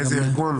מאיזה ארגון?